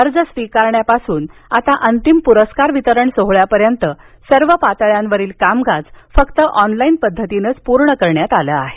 अर्ज स्वीकारण्यापासून आता अंतिम पुरस्कार वितरण सोहळ्यापर्यंत सर्व पातळ्यांवरील कामकाज फक्त ऑनलाइन पद्धतीनंच पूर्ण करण्यात आलं आहे